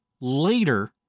later